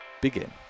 begin